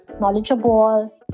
knowledgeable